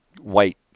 white